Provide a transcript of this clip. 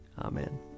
Amen